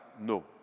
no